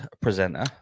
presenter